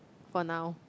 for now